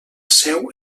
seu